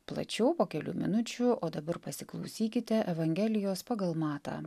plačiau po kelių minučių o dabar pasiklausykite evangelijos pagal matą